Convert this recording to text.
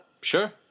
Sure